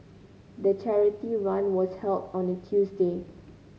the charity run was held on a Tuesday